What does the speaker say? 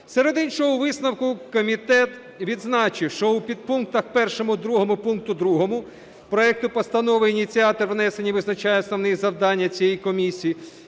Серед іншого висновку комітет відзначив, що у підпунктах 1, 2 пункту 2 проекту постанови ініціатор внесення визначає основними завдання цієї комісії: